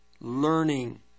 learning